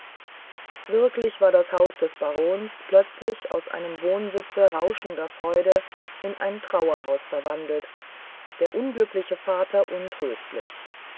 wirklich war das haus des barons plötzlich aus einem wohnsitze rauschender freuden in ein trauerhaus verwandelt der unglückliche vater untröstlich